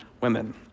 women